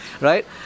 right